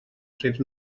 cents